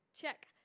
Check